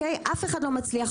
אף אחד לא מצליח.